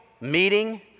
meeting